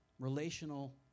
Relational